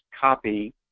copy